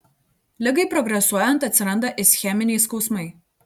ligai progresuojant atsiranda ischeminiai skausmai